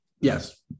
yes